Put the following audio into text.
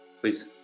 please